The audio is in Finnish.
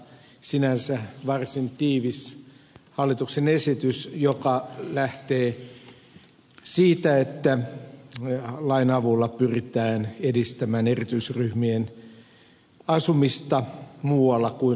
sinänsä varsin tiivis hallituksen esitys joka lähtee siitä että lain avulla pyritään edistämään erityisryhmien asumista muualla kuin laitoksissa